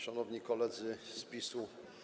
Szanowni Koledzy z PiS-u!